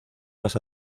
más